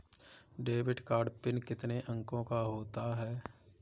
Debit card PIN कितने अंकों का होता है?